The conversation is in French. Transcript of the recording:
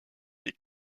des